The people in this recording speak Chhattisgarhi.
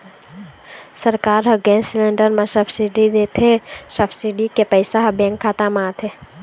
सरकार ह गेस सिलेंडर म सब्सिडी देथे, सब्सिडी के पइसा ह बेंक खाता म आथे